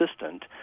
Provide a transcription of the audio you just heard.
assistant